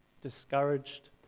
discouraged